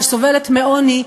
שסובלים מעוני,